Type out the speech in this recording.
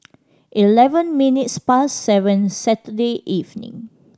eleven minutes past seven Saturday evening